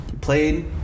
played